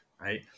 right